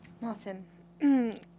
Martin